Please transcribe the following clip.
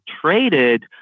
traded